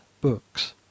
Books